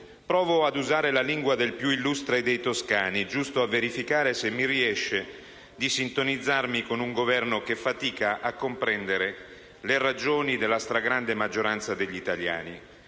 provo ad usare la lingua del più illustre dei toscani, giusto a verificare se mi riesce di sintonizzarmi con un Governo che fatica a comprendere le ragioni della stragrande maggioranza degli italiani,